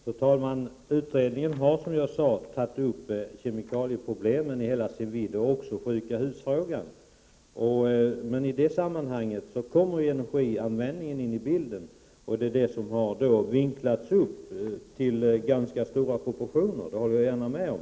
Fru talman! Allergiutredningen har, som jag sagt, tagit upp kemikalieproblemet i hela dess vidd. Utredningen har också tagit upp detta med s.k. sjuka hus. Men i det sammanhanget kommer frågan om energianvändningen med i bilden, och det är den frågan som har fått ganska stora proportioner — det håller jag gärna med om.